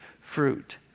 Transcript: fruit